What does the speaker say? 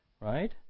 right